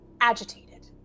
agitated